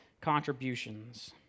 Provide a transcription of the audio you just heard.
contributions